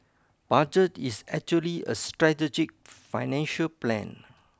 budget is actually a strategic financial plan